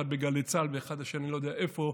אחד בגלי צה"ל ואחד שאני לא יודע איפה,